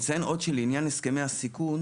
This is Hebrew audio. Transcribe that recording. לעניין הסכמי הסיכון